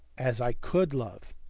as i could love